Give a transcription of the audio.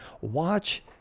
watch